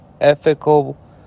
ethical